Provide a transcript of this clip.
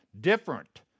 different